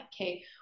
okay